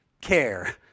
care